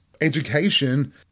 education